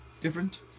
different